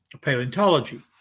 paleontology